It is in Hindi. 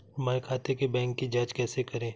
हमारे खाते के बैंक की जाँच कैसे करें?